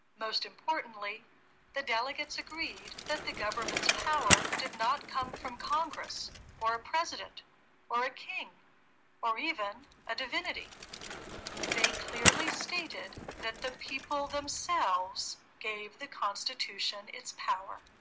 most importantly the delegates agreed that the government's power did not come from congress or a president or a king or even a divinity they clearly stated that the people themselves gave the constitution its power